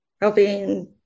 helping